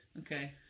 Okay